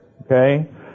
Okay